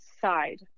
side